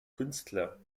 künstler